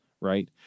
right